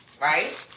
Right